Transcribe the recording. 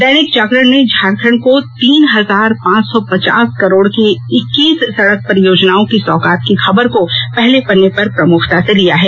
दैनिक जागरण ने झारखंड को तीन हजार पांच सौ पचास करोड़ की इक्कीस सड़क परियोजनाओं की सौगात की खबर को पहले पन्ने पर प्रमुखता से लिया है